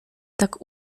tak